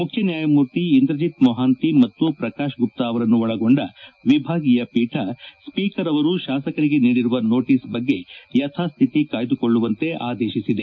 ಮುಖ್ಯ ನ್ಯಾಯಮೂರ್ತಿ ಇಂದ್ರಜಿತ್ ಮೊಹಾಂತಿ ಮತ್ತು ಪ್ರಕಾಶ್ ಗುಪ್ತಾ ಅವರನ್ನು ಒಳಗೊಂಡ ವಿಭಾಗೀಯ ಪೀಠ ಸ್ವೀಕರ್ ಅವರು ಶಾಸಕರಿಗೆ ನೀಡಿರುವ ನೋಟಿಸ್ ಬಗ್ಗೆ ಯಥಾಸ್ತಿತಿ ಕಾಯ್ದುಕೊಳ್ಳುವಂತೆ ಆದೇಶಿಸಿದೆ